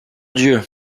dieu